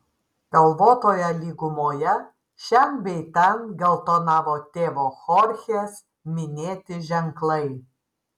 kalvotoje lygumoje šen bei ten geltonavo tėvo chorchės minėti ženklai